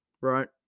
right